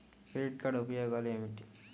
Credit card ఉపయోగాలు ఏమిటి?